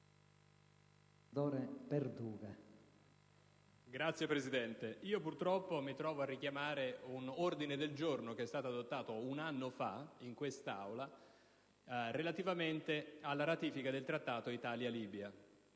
*(PD)*. Signor Presidente, purtroppo mi trovo a richiamare un ordine del giorno che è stato adottato un anno fa in quest'Aula relativamente alla ratifica del Trattato Italia-Libia